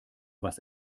was